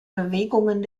bewegungen